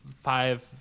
five